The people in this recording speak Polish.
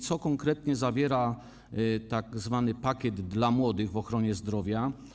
Co konkretnie zawiera tzw. „Pakiet dla młodych” w ochronie zdrowia?